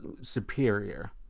superior